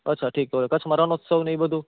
અચ્છા તો ઠીક કચ્છમાં અત્યારે રણોત્સવને બધું